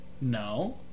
no